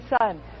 son